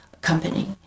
company